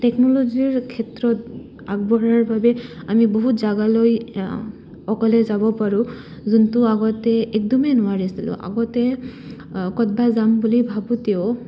টেকন'ল'জিৰ ক্ষেত্ৰত আগবঢ়াৰ বাবে আমি বহুত জাগালৈ অকলে যাব পাৰোঁ যোনটো আগতে একদমেই নোৱাৰিছিলোঁ আগতে কতবা যাম বুলি ভাবোতেও